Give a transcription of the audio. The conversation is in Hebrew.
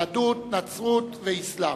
יהדות, נצרות ואסלאם.